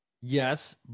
yes